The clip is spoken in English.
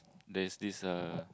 there is this uh